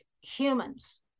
humans